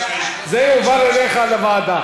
זה יועבר אליך לוועדה.